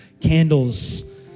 candles